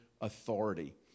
authority